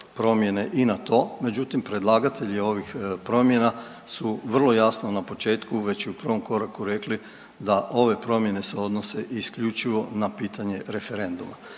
promjene i na to. Međutim, predlagatelji ovih promjena su vrlo jasno na početku već i u prvom koraku rekli da ove promjene se odnose isključivo na pitanje referenduma,